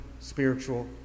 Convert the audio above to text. spiritual